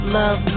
love